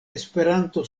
esperanto